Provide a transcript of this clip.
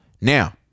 now